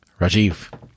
Rajiv